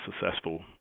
successful